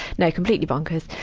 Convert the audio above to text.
no, completely bonkers.